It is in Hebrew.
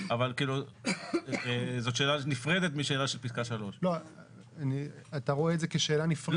אבל זאת שאלה נפרדת משאלה של פיסקה 3. אתה רואה את זה כשאלה נפרדת?